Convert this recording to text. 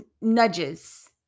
nudges